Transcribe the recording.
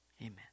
amen